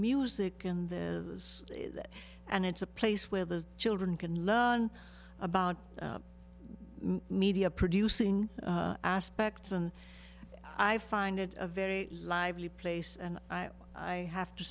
music in the and it's a place where the children can learn about media producing aspects and i find it a very lively place and i have to